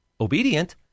obedient